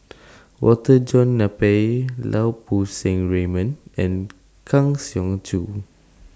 Walter John Napier Lau Poo Seng Raymond and Kang Siong Joo